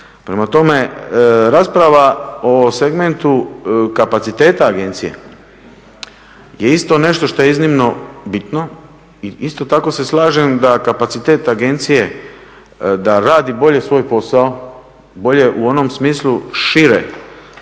Prema tome, rasprava o segmentu kapaciteta agencije je isto nešto što je iznimno bitno i isto tako se slažem da kapacitet agencije, da radi bolje svoj posao, bolje u onom smislu, šire i